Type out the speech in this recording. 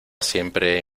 siempre